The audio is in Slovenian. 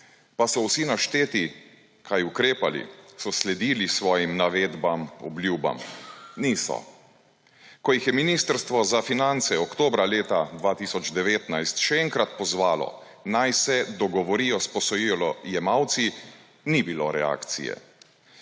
Pa so vsi našteti kaj ukrepali? So sledili svojim navedbam, obljubam? Niso. Ko jih je Ministrstvo za finance oktobra leta 2019 še enkrat pozvalo, naj se dogovorijo s posojilojemalci, ni bilo reakcije.